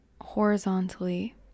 horizontally